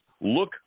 look